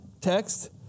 text